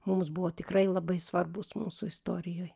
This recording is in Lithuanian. mums buvo tikrai labai svarbus mūsų istorijoj